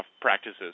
practices